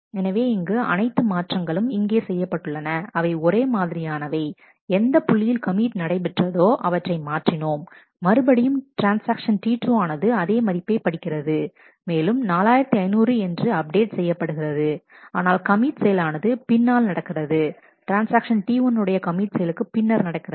எனவே இங்கு அனைத்து மாற்றங்களும் இங்கே செய்யப்பட்டுள்ளன அவை ஒரே மாதிரியானவை எந்தப் புள்ளியில் கமிட் நடைபெற்றதோ அவற்றை மாற்றினோம் மறுபடியும் ட்ரான்ஸ்ஆக்ஷன்T2 ஆனது அதே மதிப்பை படிக்கிறது மேலும் 4500 என்று அப்டேட் செய்யப்படுகிறது ஆனால் கமிட் செயலானது பின்னால் நடக்கிறது ட்ரான்ஸ்ஆக்ஷன்T1 உடைய கமிட் செயலுக்கு பின்னர் நடக்கிறது